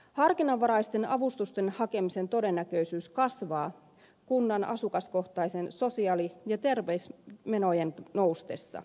harkinnanvaraisten avustusten hakemisen todennäköisyys kasvaa kunnan asukaskohtaisten sosiaali ja terveysmenojen noustessa